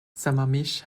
sammamish